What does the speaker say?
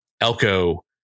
Elko